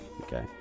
Okay